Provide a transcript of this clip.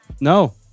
No